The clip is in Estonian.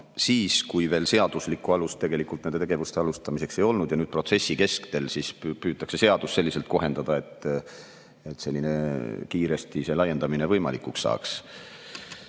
siis, kui seaduslikku alust nende tegevuste alustamiseks veel ei olnud, ja nüüd protsessi keskel püütakse seadust selliselt kohendada, et selline kiiresti laiendamine võimalikuks saaks.